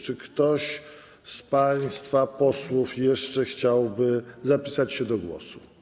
Czy ktoś z państwa posłów jeszcze chciałby zapisać się do głosu?